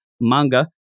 Manga